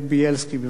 ואחריו,